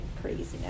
craziness